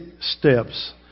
steps